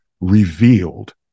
revealed